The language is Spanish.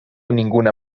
ninguna